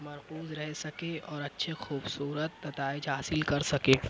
مرکوز رہ سکے اور اچھے خوبصورت نتائج حاصل کر سکے